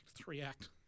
three-act